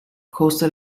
coaster